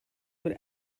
would